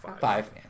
Five